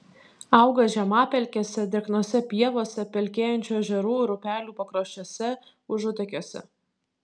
auga žemapelkėse drėgnose pievose pelkėjančių ežerų ir upelių pakraščiuose užutekiuose